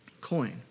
coin